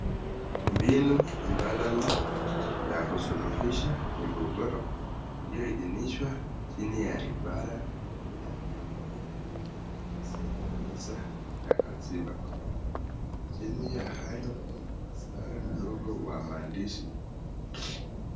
Mbinu mbadala ya kusuluhisha mogogoro iliyoidhinishwa chini ya idara ya mia moja hamsini na tisa ya katiba. Chini ya hiyo kuna mstari mdogo wa maandishi.